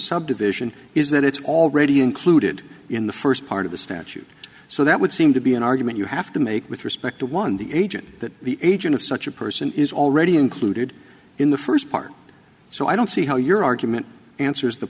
subdivision is that it's already included in the first part of the statute so that would seem to be an argument you have to make with respect to one the agent that the agent of such a person is already included in the first part so i don't see how your argument answers the